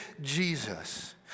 Jesus